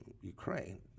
Ukraine